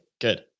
Good